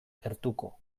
gertuko